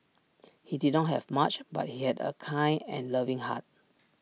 he did not have much but he had A kind and loving heart